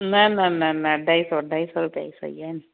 न न न न अढाई सौ अढाई सौ रुपिया ई सही आहिनि